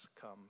come